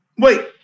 Wait